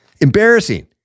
Embarrassing